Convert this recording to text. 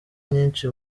nyinshi